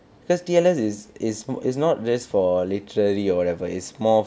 because T_L_S is is is not just for literally or whatever it's more